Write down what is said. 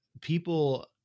people